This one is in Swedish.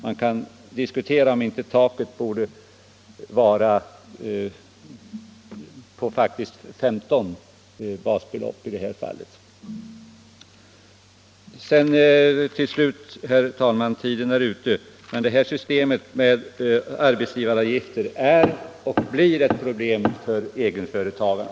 Man kan diskutera om inte taket faktiskt borde vara 15 gånger basbeloppet. Till sist, herr talman: Systemet med arbetsgivaravgifter är och förblir ett problem för egenföretagarna.